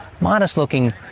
modest-looking